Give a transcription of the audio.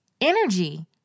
energy